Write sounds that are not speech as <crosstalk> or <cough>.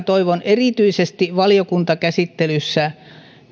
<unintelligible> toivon erityisesti valiokuntakäsittelyssä